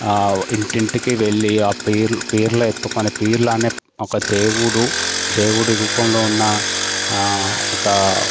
ఇంటింటికి వెళ్ళి ఆ పీర్లు పీర్లు ఎత్తుకొని ఆ పీర్లనే ఒక దేవుడు దేవుడి రూపంలో ఉన్న ఒక